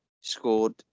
scored